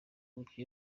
umukinnyi